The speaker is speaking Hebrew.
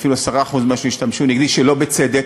אפילו 10% ממה שהשתמשו נגדי שלא בצדק.